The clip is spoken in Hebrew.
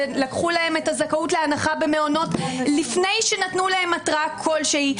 ולקחו להם את הזכאות להנחה במעונות לפני שנתנו להם התראה כלשהי,